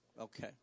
okay